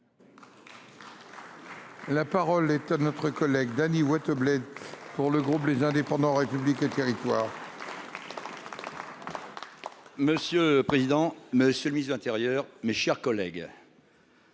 La parole est à notre collègue Dany Wattebled pour le groupe les indépendants République et le territoire. Monsieur le président, monsieur le ministre de l'Intérieur. Mes chers collègues.